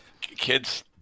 kids